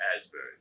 Asbury